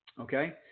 Okay